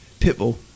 Pitbull